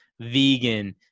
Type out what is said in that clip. vegan